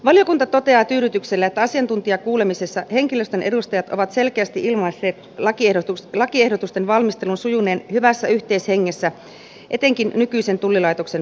valiokunta toteaa tyydytyksellä että asiantuntijakuulemisessa henkilöstön edustajat ovat selkeästi ilmaisseet lakiehdotusten valmistelun sujuneen hyvässä yhteishengessä etenkin nykyisen tullilaitoksen pääjohtajan aikana